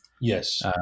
Yes